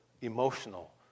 emotional